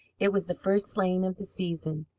it was the first sleighing of the season.